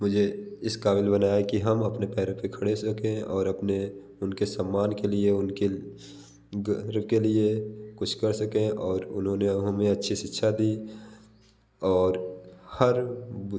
मुझे इस क़ाबिल बनाया कि हम अपने पैरों पर खड़े हो सकें और अपने उनके सम्मान के लिए उनके गर्व के लिए कुछ कर सकें और उन्होंने हमें अच्छी शिक्षा दी और हर